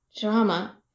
Drama